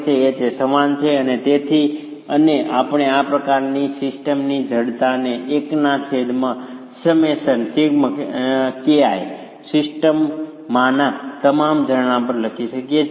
H એ સમાન છે અને તેથી અને આપણે આ પ્રકારની સિસ્ટમની જડતાને સિસ્ટમમાંના તમામ ઝરણા પર લખી શકીએ છીએ